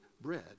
bread